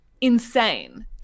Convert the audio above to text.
insane